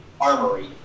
Armory